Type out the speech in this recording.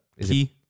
Key